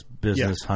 business